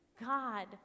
God